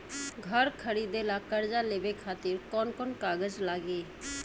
घर खरीदे ला कर्जा लेवे खातिर कौन कौन कागज लागी?